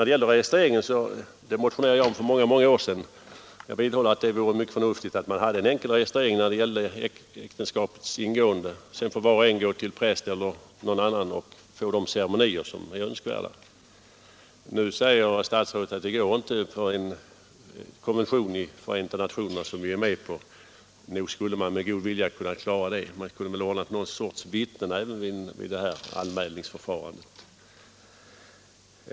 En registrering motionerade jag om för många år sedan, och jag vidhåller att det vore mycket förnuftigt att ha en enkel registrering av äktenskapets ingående. Sedan kunde var och en gå till en präst eller någon annan och få de ceremonier som är önskvärda. Nu säger statsrådet att detta inte går på grund av en konvention i Förenta nationerna som vi är med på. Men nog skulle man med god vilja kunna klara saken. Man kunde ju ordna med någon sorts vittnen även vid ett sådant anmälningsförfarande.